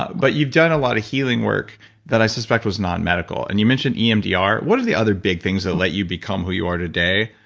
but you've done a lot of healing work that i suspect was not medical. and you mentioned emdr. what are the other big things that let you become who you are today,